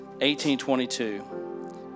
18.22